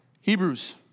Hebrews